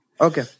Okay